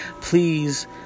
Please